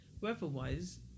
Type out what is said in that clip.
weather-wise